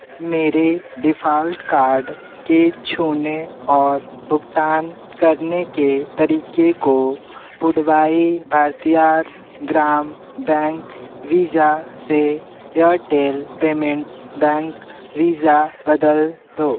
मेरे default card के छूने और भुगतान करने के तरीके को पुडुवाई भारतीआर ग्राम बैंक वीज़ा से एयरटेल पेमेंट्स बैंक वीज़ा बदल दो